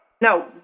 No